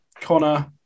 Connor